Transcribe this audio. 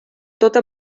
tota